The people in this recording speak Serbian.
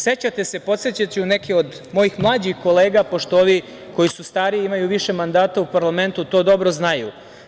Sećate se, podsetiću neke od mojih mlađih kolega, pošto ovi stariji imaju više mandata u parlamentu i to dobro znaju.